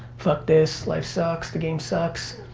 fuck this, life sucks, the game sucks.